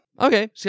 Okay